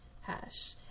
hash